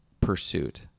pursuit